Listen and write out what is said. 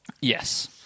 Yes